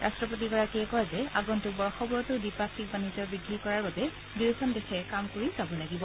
ৰাট্টপতিগৰাকীয়ে কয় যে আগন্তুক বৰ্ষবোৰতো দ্বিপাক্ষিক বাণিজ্য বৃদ্ধি কৰাৰ বাবে দুয়োখন দেশে কাম কৰি যাব লাগিব